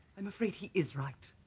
i'm afraid he is right.